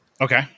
Okay